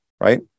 right